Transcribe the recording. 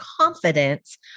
confidence